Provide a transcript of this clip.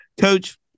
coach